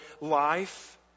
life